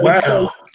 Wow